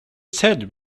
said